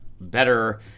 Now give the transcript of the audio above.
better –